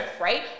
right